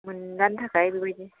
मोनजानो थाखाय बेबायदि